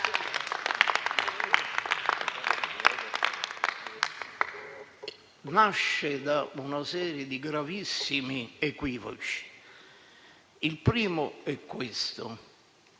nasce da una serie di gravissimi equivoci, il primo dei